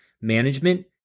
management